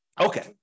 Okay